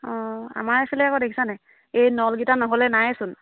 অঁ আমাৰ এইফালে আকৌ দেখিছানে এই নলকেইটা নহ'লে নায়েচোন